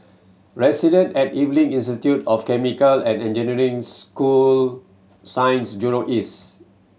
Residence at Evelyn Institute of Chemical and Engineering school Science Jurong East